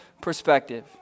perspective